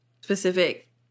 specific